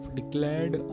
declared